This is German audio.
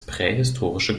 prähistorische